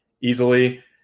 easily